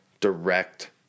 direct